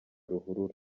ruhurura